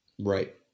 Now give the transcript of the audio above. Right